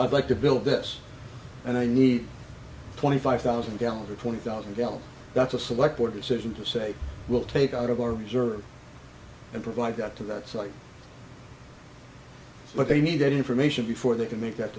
but like to build this and i need twenty five thousand gallons or twenty thousand gallons that's a select court decision to say we'll take out of our reserves and provide got to that site but they need that information before they can make that